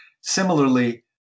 similarly